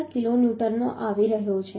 15 કિલોન્યૂટનનો આવી રહ્યો છે